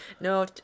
No